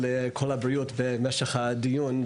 לגבי תרגום - אנחנו התקשרנו לקול הבריאות במהלך הדיון,